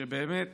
שבאמת,